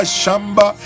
Shamba